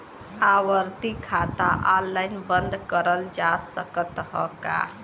आवर्ती खाता ऑनलाइन बन्द करल जा सकत ह का?